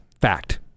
fact